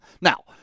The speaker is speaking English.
Now